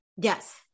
Yes